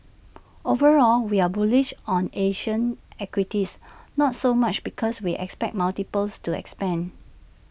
overall we are bullish on Asian equities not so much because we expect multiples to expand